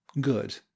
Good